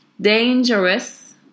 Dangerous